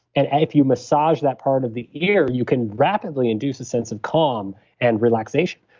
and and if you massage that part of the ear, you can rapidly induce a sense of calm and relaxation.